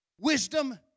wisdom